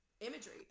imagery